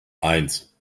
eins